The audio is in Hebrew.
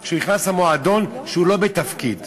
שהוא נכנס למועדון כשהוא לא בתפקיד.